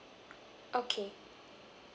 okay